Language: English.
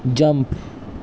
jump